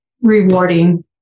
rewarding